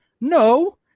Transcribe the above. No